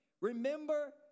remember